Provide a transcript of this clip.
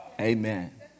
Amen